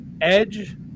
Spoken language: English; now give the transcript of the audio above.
Edge